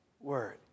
Word